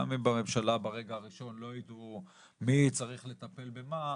גם אם בממשלה ברגע הראשון לא יידעו מי צריך לטפל במה,